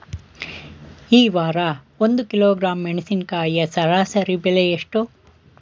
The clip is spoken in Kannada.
ಈ ವಾರ ಒಂದು ಕಿಲೋಗ್ರಾಂ ಮೆಣಸಿನಕಾಯಿಯ ಸರಾಸರಿ ಬೆಲೆ ಎಷ್ಟು?